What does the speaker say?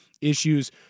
issues